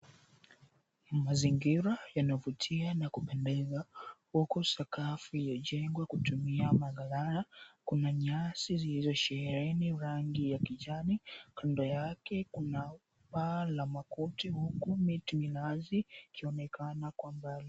Mazingira yanayovutia na kupendeza, huku sakafu iliyojengwa kutumia magalana. Kuna nyasi zilizosheheni rangi ya kijani, kando yake kuna paa la makuti. Huku miti minazi ikionekana kwa mbali.